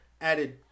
added